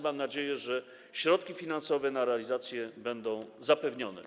Mam nadzieję, że środki finansowe na realizację będą zapewnione.